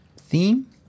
Theme